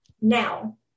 now